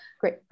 Great